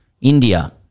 India